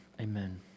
Amen